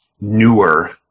newer